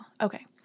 okay